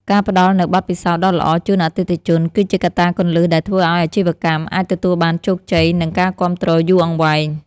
ការផ្ដល់នូវបទពិសោធន៍ដ៏ល្អជូនអតិថិជន គឺជាកត្តាគន្លឹះដែលធ្វើឱ្យអាជីវកម្មអាចទទួលបានជោគជ័យនិងការគាំទ្រយូរអង្វែង។